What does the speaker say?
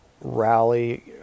rally